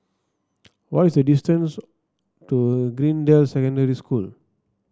what is the distance to Greendale Secondary School